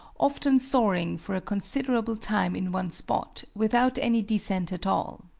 often soaring for a considerable time in one spot, without any descent at all.